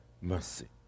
mercy